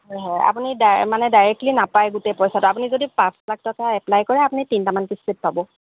হয় হয় আপুনি ডাই মানে ডাইৰেক্টলি নাপায় গোটেই পইচাটো আপুনি যদি পাঁচ লাখ টকা এপ্লাই কৰে আপুনি তিনিটামান কিস্তিত পাব